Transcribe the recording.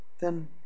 Then